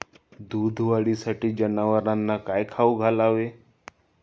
दूध वाढीसाठी जनावरांना काय खाऊ घालावे?